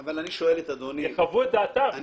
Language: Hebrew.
יחוו את דעתם.